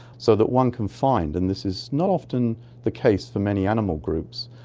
so that one can find. and this is not often the case for many animal groups,